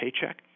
paycheck